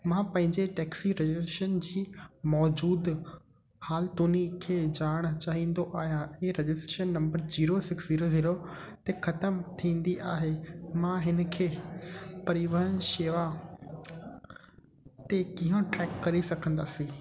मां पंहिंजे taxi registration जी मौजूदु हालतुनि खे ॼाणणु चाहींदो आहियां ऐ registration number zero six zero zero ते ख़तमु थींदी आहे मां हिन खे परिवहन शेवा ते कीअं ट्रेक करे सघंदासीं